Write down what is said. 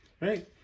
Right